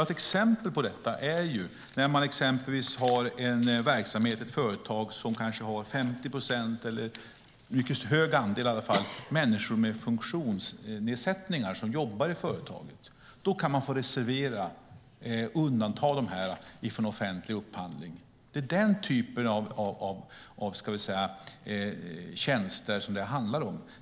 Ett exempel på det är när man har en verksamhet, ett företag, som kanske har 50 procent - eller i alla fall en mycket stor andel - människor med funktionsnedsättningar som jobbar i företaget. Då kan man undanta det från offentlig upphandling. Det är den typen av tjänster det handlar om.